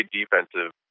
defensive